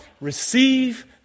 receive